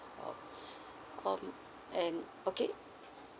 um um and okay